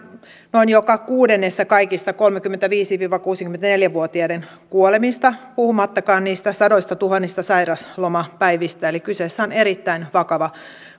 noin joka kuudennessa kaikista kolmekymmentäviisi viiva kuusikymmentäneljä vuotiaiden kuolemista puhumattakaan niistä sadoistatuhansista sairauslomapäivistä eli kyseessä on erittäin vakava